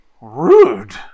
rude